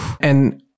And-